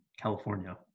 California